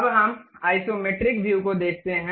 अब हम isometric view को देखते हैं